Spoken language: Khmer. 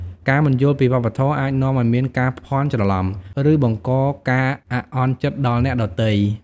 ការមិនយល់ពីវប្បធម៌អាចនាំឱ្យមានការភ័ន្តច្រឡំ ឬបង្កការអាក់អន់ចិត្តដល់អ្នកដទៃ។